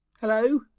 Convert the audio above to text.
hello